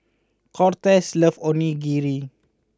Cortez loves Onigiri